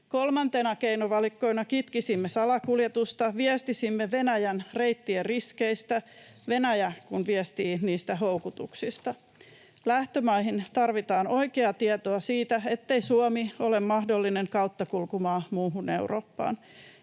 Kolmantena keinovalikkona kitkisimme salakuljetusta, viestisimme Venäjän reittien riskeistä, Venäjä kun viestii niistä houkutuksista. Lähtömaihin tarvitaan oikeaa tietoa siitä, ettei Suomi ole mahdollinen kauttakulkumaa muuhun Eurooppaan,